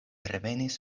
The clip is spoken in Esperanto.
revenis